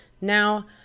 Now